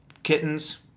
Kittens